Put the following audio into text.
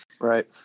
right